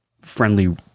friendly